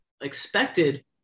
expected